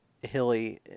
hilly